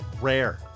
rare